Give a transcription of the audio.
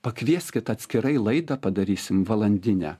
pakvieskit atskirai laidą padarysim valandinę